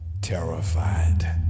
terrified